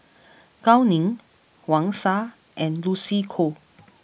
Gao Ning Wang Sha and Lucy Koh